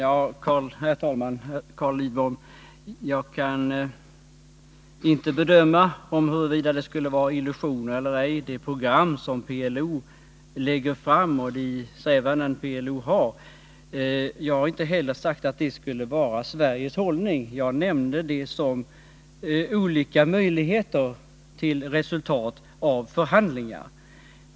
Herr talman! Ja, Carl Lidbom, jag kan inte bedöma huruvida det program som PLO lägger fram och de strävanden som PLO har skulle vara illusioner eller ej. Men jag har inte heller sagt att det skulle vara Sveriges hållning, utan jag nämnde det som olika möjligheter till resultat av förhandlingar.